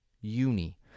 Uni